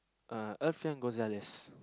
uh Elfian-Gozalias